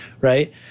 right